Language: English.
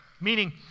Meaning